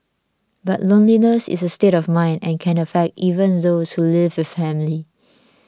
but loneliness is a state of mind and can affect even those who live with family